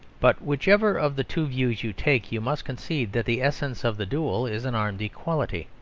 but whichever of the two views you take, you must concede that the essence of the duel is an armed equality.